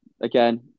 again